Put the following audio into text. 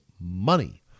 money